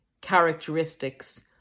characteristics